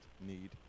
need